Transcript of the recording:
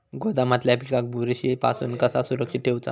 गोदामातल्या पिकाक बुरशी पासून कसा सुरक्षित ठेऊचा?